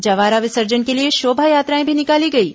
जवारा विसर्जन के लिए शोभायात्राएं भी निकाली गईं